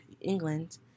England